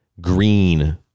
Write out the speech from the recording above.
green